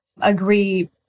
agree